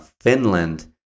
Finland